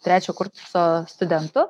trečio kurso studentu